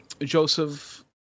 joseph